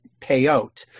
payout